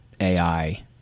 AI